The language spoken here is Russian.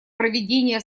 проведение